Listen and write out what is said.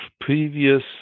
previous